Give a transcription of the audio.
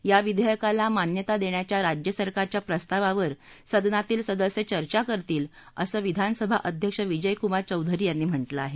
या विधेयकाला मान्यता देण्याच्या राज्य सरकारच्या प्रस्तावावर सदनातील सदस्य चर्चा करतील असं विधानसभा अध्यक्ष विजय कुमार चौधरी यांनी म्हालिं आहे